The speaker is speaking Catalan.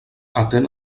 atén